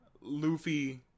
Luffy